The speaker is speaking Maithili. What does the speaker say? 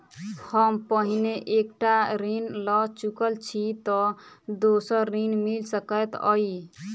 हम पहिने एक टा ऋण लअ चुकल छी तऽ दोसर ऋण मिल सकैत अई?